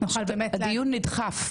הדיון נדחף.